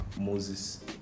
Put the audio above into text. Moses